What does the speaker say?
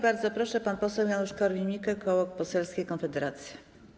Bardzo proszę, pan poseł Janusz Korwin-Mikke, Koło Poselskie Konfederacja.